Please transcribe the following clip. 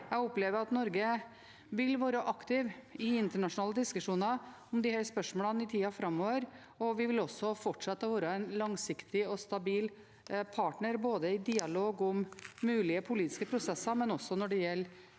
Jeg opplever at Norge vil være aktiv i internasjonale diskusjoner om disse spørsmålene i tida framover, og vi vil også fortsette å være en langsiktig og stabil partner, både i dialog om mulige politiske prosesser og når det gjelder